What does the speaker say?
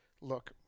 look